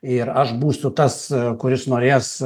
ir aš būsiu tas kuris norės